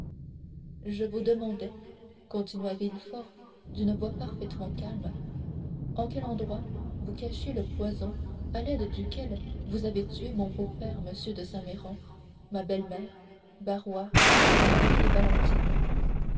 je vous demandais continua villefort d'une voix parfaitement calme en quel endroit vous cachiez le poison à l'aide duquel vous avez tué mon beau-père m de saint méran ma belle-mère barrois et ma fille valentine